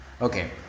Okay